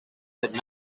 but